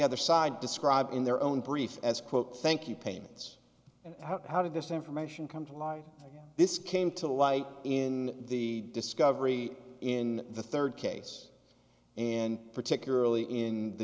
other side described in their own brief as quote thank you payments how did this information come to light this came to light in the discovery in the third case and particularly in the